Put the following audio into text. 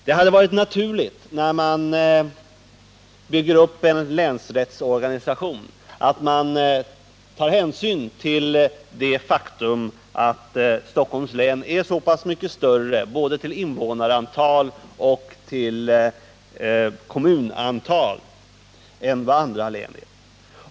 Det hade varit naturligt, när man bygger upp en länsrättsorganisation, att ta hänsyn till det faktum att Stockholms län är så mycket större både till invånarantal och till kommunantal än andra län.